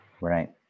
Right